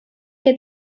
que